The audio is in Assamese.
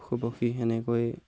পশু পক্ষী সেনেকৈ